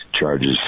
charges